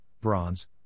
bronze